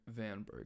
Vanberg